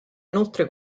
inoltre